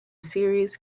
serious